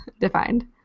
defined